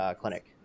clinic